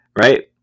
right